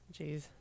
Jeez